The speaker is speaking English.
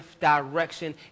direction